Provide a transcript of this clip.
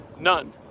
none